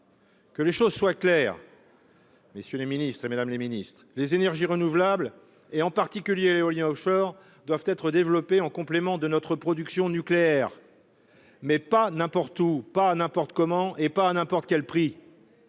Que les choses soient claires, mesdames, messieurs les ministres : les énergies renouvelables, en particulier l'éolien offshore, doivent être développées en complément de notre production nucléaire, mais pas n'importe où, pas n'importe comment et pas à n'importe quel prix